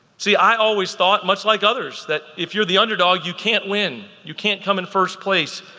see i always thought, much like others, that if you're the underdog, you can't win. you can't come in first place,